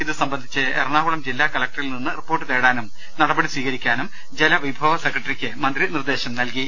ഇതു സംബന്ധിച്ച് എറണാകുളം ജില്ലാ കലക്ടറിൽ നിന്ന് റിപ്പോർട്ട് തേടാനും നടപടികൾ സ്വീകരിക്കാനും ജലവിഭവ സെക്രട്ടറിക്ക് മന്ത്രി നിർദ്ദേശം നൽകി